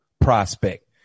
prospect